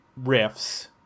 riffs